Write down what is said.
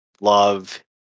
love